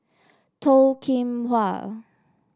Toh Kim Hwa